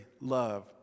Love